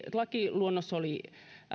lakiluonnos oli